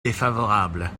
défavorable